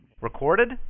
Recorded